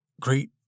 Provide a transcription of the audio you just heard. great